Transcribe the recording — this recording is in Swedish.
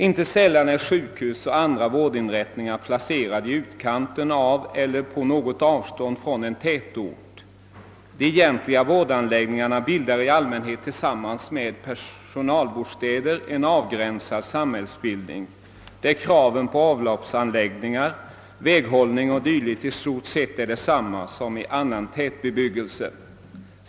Inte sällan är sjukhus och andra vårdinrättningar placerade i utkanten av eller på något avstånd från en tätort. De egentliga vårdanläggningarna bildar i allmänhet tillsammans med personalbostäder en avgränsad samhällsbildning, där kraven på avloppsanläggningar, väghållning o.s.v. i stort sett är desamma som i annan tätbebyggelse.